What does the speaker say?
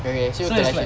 okay so it's like